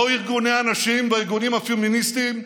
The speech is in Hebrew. לא ארגוני הנשים והארגונים הפמיניסטיים.